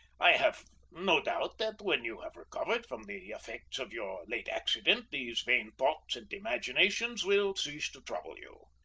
i have no doubt that when you have recovered from the effects of your late accident these vain thoughts and imaginations will cease to trouble you.